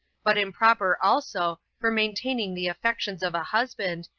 but improper also for maintaining the affections of a husband,